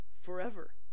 forever